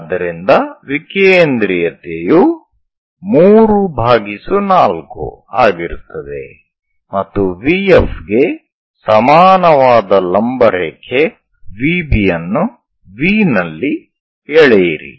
ಆದ್ದರಿಂದ ವಿಕೇಂದ್ರೀಯತೆಯು 34 ಆಗಿರುತ್ತದೆ ಮತ್ತು VF ಗೆ ಸಮಾನವಾದ ಲಂಬ ರೇಖೆ VB ಯನ್ನು V ನಲ್ಲಿ ಎಳೆಯಿರಿ